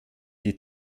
die